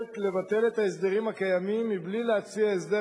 מבקשת לבטל את ההסדרים הקיימים בלי להציע הסדר